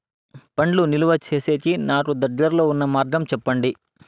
పండ్లు నిలువ సేసేకి నాకు దగ్గర్లో ఉన్న మార్గం చెప్పండి?